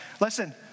Listen